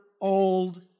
old